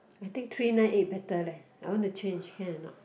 I think three nine eight better leh I want to change can a not